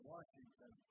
Washington